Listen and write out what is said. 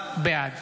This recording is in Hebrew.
בעד